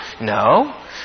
No